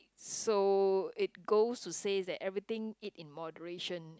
so it goes to say that everything eat in moderation